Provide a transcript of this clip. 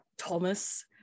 thomas